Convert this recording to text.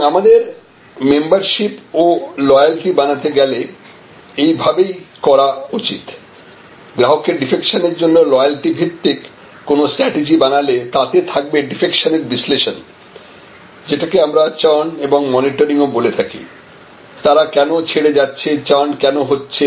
এবং আমাদের মেম্বারশিপ ও লয়ালটি বানাতে গেলে এই ভাবেই করা উচিত গ্রাহকের ডিফেকশন এর জন্য লয়ালটি ভিত্তিক কোন স্ট্যাটিজি বানালে তাতে থাকবে ডিফেকশনের বিশ্লেষণ যেটাকে আমরা চার্ন এবং মনিটরিং ও বলে থাকি তারা কেন ছেড়ে যাচ্ছে চার্ন কেন হচ্ছে